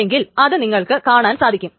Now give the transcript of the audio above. അല്ലെങ്കിൽ അത് നിങ്ങൾക്ക് കാണാൻ സാധിക്കും